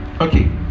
Okay